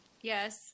yes